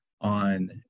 on